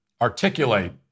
articulate